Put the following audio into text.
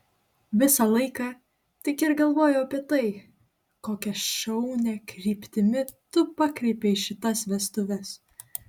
visą laiką tik ir galvoju apie tai kokia šaunia kryptimi tu pakreipei šitas vestuves